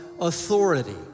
authority